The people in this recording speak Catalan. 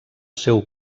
seu